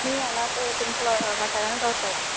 आमी हांगा आतां तुमच्या वाठारान रावतात